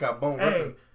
hey